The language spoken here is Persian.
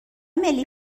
ملی